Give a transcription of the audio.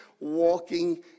walking